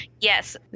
Yes